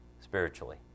spiritually